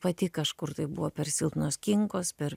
pati kažkur tai buvo per silpnos kinkos per